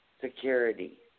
security